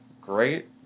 great